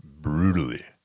brutally